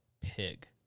Pig